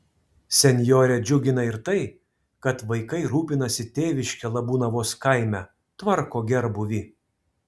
senjorę džiugina ir tai kad vaikai rūpinasi tėviške labūnavos kaime tvarko gerbūvį